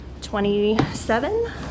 27